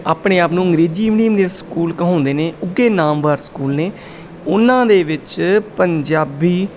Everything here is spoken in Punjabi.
ਆਪਣੇ ਆਪ ਨੂੰ ਅੰਗਰੇਜ਼ੀ ਮੀਡੀਅਮ ਦੇ ਸਕੂਲ ਕਹਾਉਂਦੇ ਨੇ ਉੱਘੇ ਨਾਮਵਰ ਸਕੂਲ ਨੇ ਉਹਨਾਂ ਦੇ ਵਿੱਚ ਪੰਜਾਬੀ